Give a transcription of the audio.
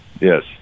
yes